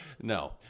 No